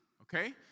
okay